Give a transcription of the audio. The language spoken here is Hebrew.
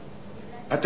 מזה?